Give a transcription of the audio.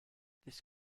this